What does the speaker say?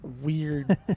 Weird